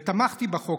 ותמכתי בחוק,